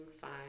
fine